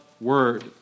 word